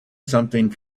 something